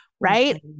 right